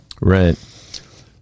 Right